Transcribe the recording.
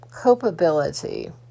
copability